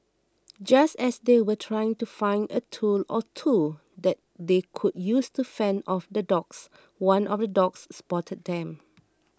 just as they were trying to find a tool or two that they could use to fend off the dogs one of the dogs spotted them